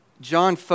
John